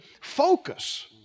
focus